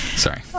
sorry